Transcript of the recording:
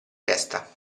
testa